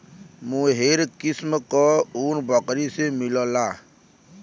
मोहेर किस्म क ऊन बकरी से मिलला